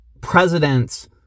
presidents